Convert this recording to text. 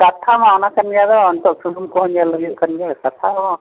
ᱠᱟᱛᱷᱟ ᱢᱟ ᱚᱱᱟ ᱠᱟᱱ ᱜᱮᱭᱟ ᱫᱚ ᱱᱤᱛᱳᱜ ᱥᱩᱱᱩᱢ ᱠᱚᱦᱚᱸ ᱧᱮᱞ ᱦᱩᱭᱩᱜ ᱠᱟᱱ ᱜᱮᱭᱟ ᱠᱟᱛᱷᱟ ᱫᱚ